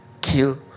kill